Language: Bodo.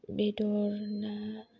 बेदर ना